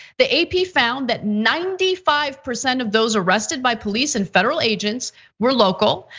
the ap found that ninety five percent of those arrested by police and federal agents we're local.